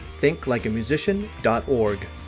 thinklikeamusician.org